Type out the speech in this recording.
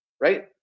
right